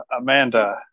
Amanda